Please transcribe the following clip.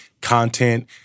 content